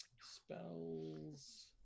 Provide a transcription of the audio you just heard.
Spells